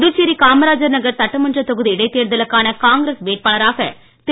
புதுச்சேரி காமராஜர் நகர் சட்டமன்றத் தொகுதி இடைத் தேர்தலுக்கான காங்கிரஸ் வேட்பாளராக திரு